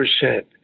percent